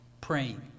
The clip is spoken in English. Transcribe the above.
praying